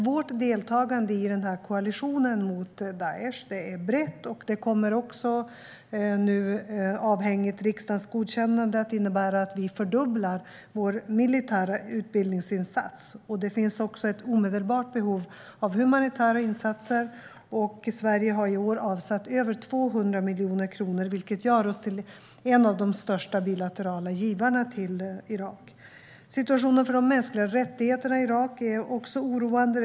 Vårt deltagande i koalitionen mot Daish är brett och kommer nu, avhängigt riksdagens godkännande, att innebära att vi fördubblar vår militära utbildningsinsats. Det finns ett omedelbart behov av humanitära insatser, och Sverige har i år avsatt över 200 miljoner kronor, vilket gör oss till en av de största bilaterala givarna till Irak. Situationen för de mänskliga rättigheterna i Irak är också oroande.